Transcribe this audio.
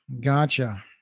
gotcha